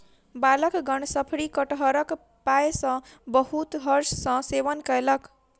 बालकगण शफरी कटहरक पायस बहुत हर्ष सॅ सेवन कयलक